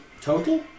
Total